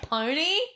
Pony